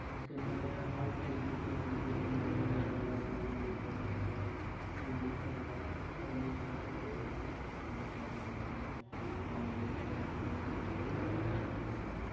इसके अंदर मैं हर तरीके की एप्लीकेशन गेमिंग वगैरह वीडियो एंटरटेनमेंट मूवीज़ वगैरह सब यूज़ करता हूँ पर कुछ भी इसके अंदर प्रॉब्लम नहीं है और मुझे इसका एक्सपीरियंस करते हुए काफ़ी अच्छा लगता है